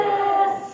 Yes